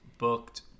booked